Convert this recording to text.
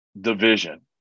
division